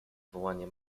wołanie